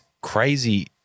crazy